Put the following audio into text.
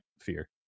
fear